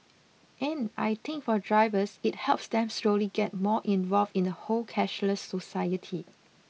and I think for drivers it helps them slowly get more involved in the whole cashless society